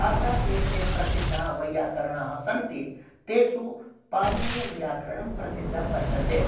अतः एते प्रसिद्धाः वैयाकरणाः सन्ति तेषु पाणिनीयव्याकरणं प्रसिद्धं वर्तते